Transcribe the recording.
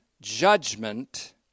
judgment